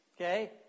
okay